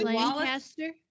Lancaster